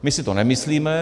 My si to nemyslíme.